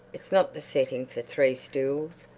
it's not the setting for. three stools,